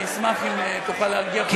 אני אשמח אם תוכל להרגיע פה את הרוחות.